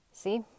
See